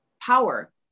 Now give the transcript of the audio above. power